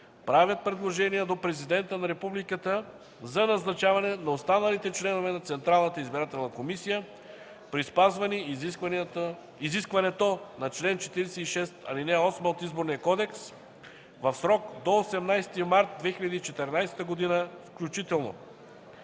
правят предложения до Президента на Републиката за назначаване на останалите членове на Централната избирателна комисия, при спазване изискването на чл. 46, ал. 8 от Изборния кодекс, в срок до 18 март 2014 г. включително.